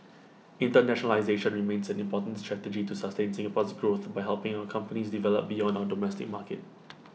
internationalisation remains an important strategy to sustain Singapore's growth by helping our companies develop beyond our domestic market